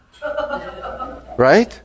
Right